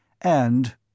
And—